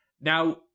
Now